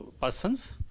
persons